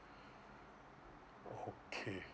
okay